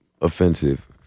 offensive